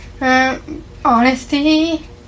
honesty